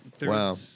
Wow